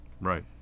right